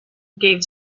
gave